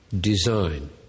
design